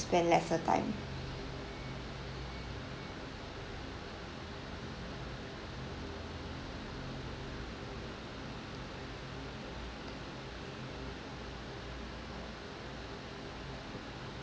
spend lesser time